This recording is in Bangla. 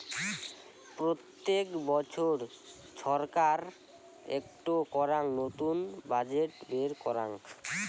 প্রত্যেক বছর ছরকার একটো করাং নতুন বাজেট বের করাং